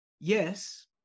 Yes